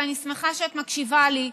ואני שמחה שאת מקשיבה לי,